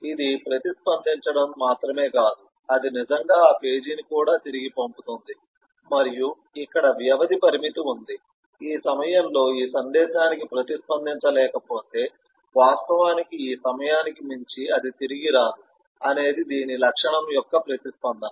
ఇది ప్రతిస్పందించడం మాత్రమే కాదు అది నిజంగా ఆ పేజీని కూడా తిరిగి పంపుతుంది మరియు ఇక్కడ వ్యవధి పరిమితి ఉంది ఈ సమయంలో ఈ సందేశానికి ప్రతిస్పందించలేకపోతే వాస్తవానికి ఈ సమయానికి మించి అది తిరిగి రాదు అనేది దీని లక్షణం యొక్క ప్రతిస్పందన